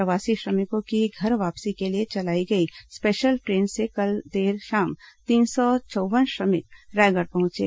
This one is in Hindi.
प्रवासी श्रमिकों की घर वापसी के लिए चलाई गई स्पेशल ट्रेन से कल देर शाम तीन सौ चौव्वन श्रमिक रायगढ़ पहुंचे